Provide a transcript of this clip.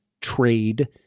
trade